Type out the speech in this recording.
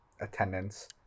attendance